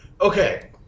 okay